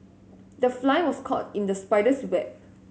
the fly was caught in the spider's web